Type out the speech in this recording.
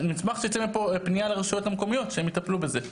נשמח שתצא מפה פניה לרשויות המקומיות שהן יטפלו בזה.